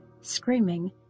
screaming